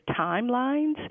timelines